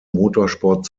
motorsport